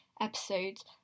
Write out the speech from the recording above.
episodes